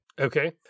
Okay